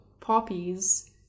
poppies